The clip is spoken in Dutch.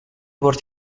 wordt